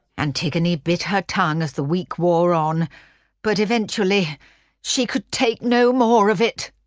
antigone bit her tongue as the week wore on but eventually she could take no more of it!